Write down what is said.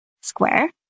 Square